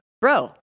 bro